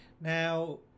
now